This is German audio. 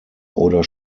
oder